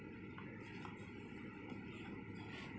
can